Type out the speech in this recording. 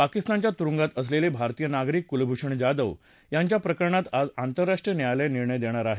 पाकिस्तानच्या तुरुंगात असलेले भारतीय नागरिक कुलभूषण जाधव यांच्या प्रकरणात आज आंतरराष्ट्रीय न्यायालय निर्णय देणार आहे